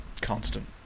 Constant